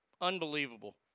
Unbelievable